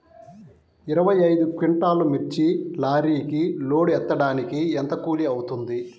ఇరవై ఐదు క్వింటాల్లు మిర్చి లారీకి లోడ్ ఎత్తడానికి ఎంత కూలి అవుతుంది?